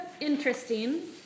interesting